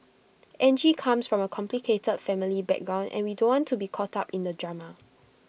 Angie comes from A complicated family background and we don't want to be caught up in the drama